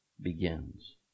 begins